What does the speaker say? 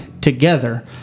together